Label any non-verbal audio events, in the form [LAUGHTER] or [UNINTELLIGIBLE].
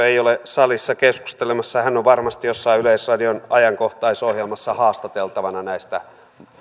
[UNINTELLIGIBLE] ei ole salissa keskustelemassa hän on varmasti jossain yleisradion ajankohtaisohjelmassa haastateltavana näistä